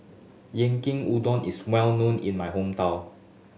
yankin udon is well known in my hometown